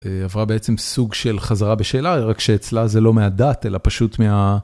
עברה בעצם סוג של חזרה בשאלה רק שאצלה זה לא מהדת אלא פשוט מה.